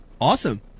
Awesome